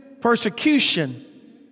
persecution